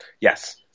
Yes